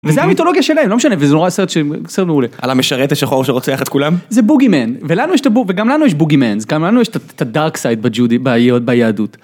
וזה המיתולוגיה שלהם, לא משנה, וזה נורא סרט, סרט מעולה. על המשרת השחור שרוצח ללכת כולם? זה בוגימנס, וגם לנו יש בוגימנס, גם לנו יש את ה-dark side ביהדות.